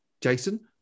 Jason